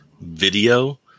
video